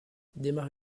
démarre